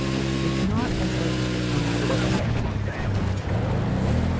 it's it's not as like unheard-of as i think. you think yeah.